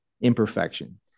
imperfection